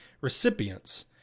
recipients